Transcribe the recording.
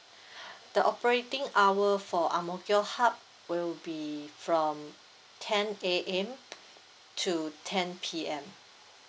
the operating hour for ang mo kio hub will be from ten A_M to ten P_M